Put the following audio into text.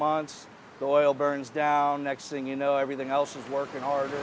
months boil burns down next thing you know everything else is working order